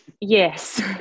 Yes